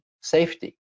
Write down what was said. safety